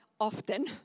often